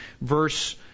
verse